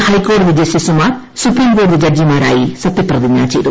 മൂന്ന് ഹൈക്കോടതി ജസ്റ്റിസൂമാർ സുപ്രീംകോടതി ജഡ്ജിമാരായി സത്യപ്രതിജ്ഞ ചെയ്തു